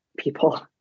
people